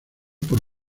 por